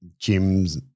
gyms